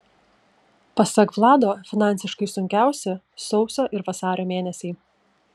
pasak vlado finansiškai sunkiausi sausio ir vasario mėnesiai